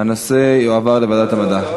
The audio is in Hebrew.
הנושא יועבר לוועדת המדע.